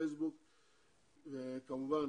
פייסבוק וכמובן